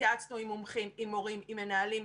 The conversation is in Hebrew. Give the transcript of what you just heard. התייעצנו עם מומחים, עם מורים, עם מנהלים.